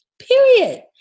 Period